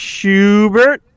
Schubert